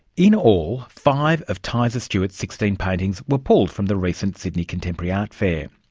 in all, five of tyza stewart's sixteen paintings were pulled from the recent sydney contemporary art fair.